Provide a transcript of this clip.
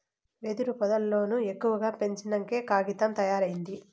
వెదురు పొదల్లను ఎక్కువగా పెంచినంకే కాగితం తయారైంది